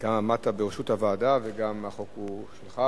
שנייה ושלישית.